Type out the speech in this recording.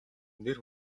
нэр